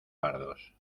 pardos